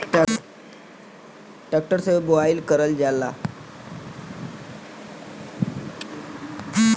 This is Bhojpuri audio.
ट्रेक्टर से बोवाई करल जाला